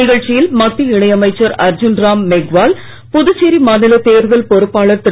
நிகழ்ச்சியில் மத்திய இணை அமைச்சர் அர்ஜுன் ராம் மெக்வால் புதுச்சேரி மாநில தேர்தல் பொறுப்பாளர் திரு